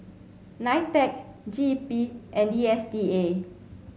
NITEC G E P and D S T A